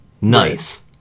nice